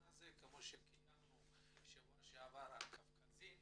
הזה כמו שקיימנו שבוע שעבר על קווקזים.